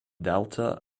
delta